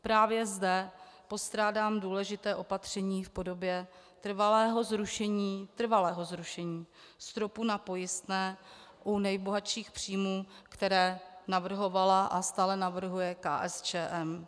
Právě zde postrádám důležité opatření v podobě trvalého zrušení trvalého zrušení stropu na pojistné u nejbohatších příjmů, které navrhovala a stále navrhuje KSČM.